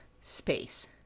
space